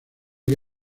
que